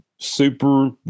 Super